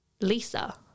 Lisa